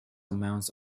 amounts